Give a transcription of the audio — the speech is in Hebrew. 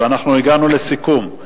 הסתייגויות, ואנחנו הגענו לסיכום,